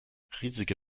riesige